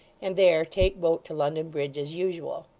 and there take boat to london bridge as usual.